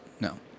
No